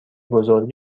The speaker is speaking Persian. بزرگ